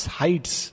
heights